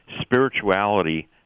spirituality